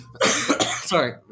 Sorry